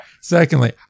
Secondly